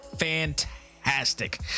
Fantastic